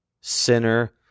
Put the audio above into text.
sinner